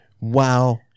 Wow